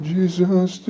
Jesus